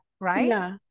right